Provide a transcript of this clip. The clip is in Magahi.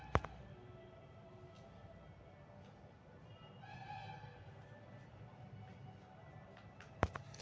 भारत में फूलवन के खेती व्यावसायिक देख कर और सोच समझकर कइल जाहई